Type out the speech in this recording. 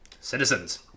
citizens